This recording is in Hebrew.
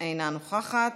אינה נוכחת,